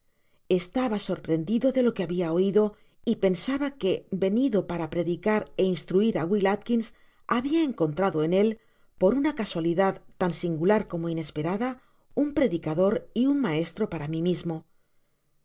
estaba sorprendido de lo que había oido y pensaba que venido para predicar é instruir á wiil atkins había encontrada en él por una casualidad tau singular como inesperada na predicador y un maestro para mí mismo